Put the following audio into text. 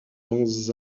dans